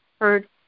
heard